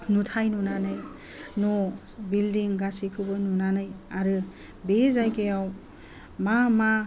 नुथाइ नुनानै न' बिल्डिं गासैखौबो नुनानै आरो बे जायगायाव मा मा